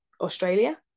Australia